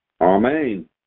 Amen